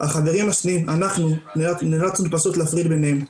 החברים השניים, אנחנו, נאלצנו להפריד ביניהם.